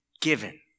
given